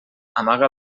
amaga